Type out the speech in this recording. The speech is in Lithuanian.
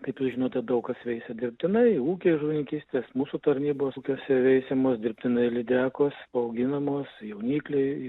kaip jūs žinote daug kas veisia dirbtinai ūkiai žuvininkystės mūsų tarnybos ūkiuose veisiamos dirbtinai lydekos auginamos jaunikliai